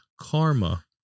Karma